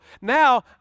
Now